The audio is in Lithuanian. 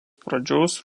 pradžios